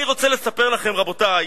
אני רוצה לספר לכם, רבותי,